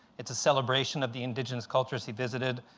it's a celebration of the indigenous cultures he visited.